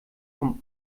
vom